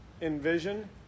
envision